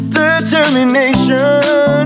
determination